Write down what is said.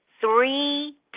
three